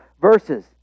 verses